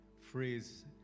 phrase